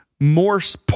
Morse